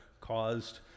caused